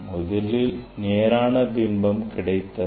முதலில் நேரான பிம்பம் கிடைத்தது